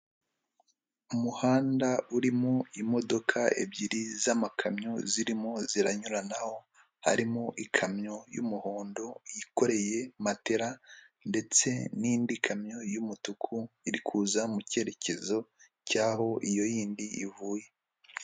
Umuhanda urimo imodoka ebyiri zamakamyo zirimo ziranyuranaho harimo ikamyo y'umuhondo yikoreye matela ndetse n'indi kamyo y'umutuku iri kuza mu cyerekezo cy'aho iyo yindi ivuye.